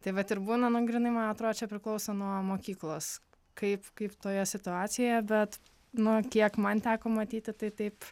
tai vat ir būna nu grynai man atrodo čia priklauso nuo mokyklos kaip kaip toje situacijoje bet nu kiek man teko matyti tai taip